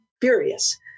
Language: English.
furious